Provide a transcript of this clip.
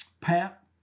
Pat